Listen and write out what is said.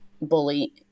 bully